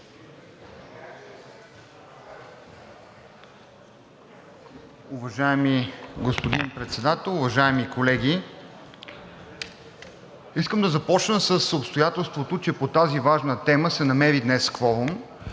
Уважаеми господин Председател, уважаеми колеги! Искам да започна с обстоятелството, че по тази важна тема се намери днес кворум,